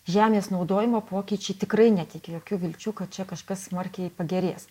žemės naudojimo pokyčiai tikrai neteikia jokių vilčių kad čia kažkas smarkiai pagerės